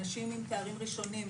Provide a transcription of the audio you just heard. אנשים עם תארים ראשונים,